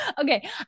okay